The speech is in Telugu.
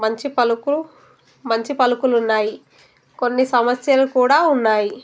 మంచి పలుకు మంచి పలుకులు ఉన్నాయి కొన్ని సమస్యలు కూడా ఉన్నాయి